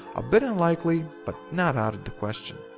a bit unlikely, but not out of the question.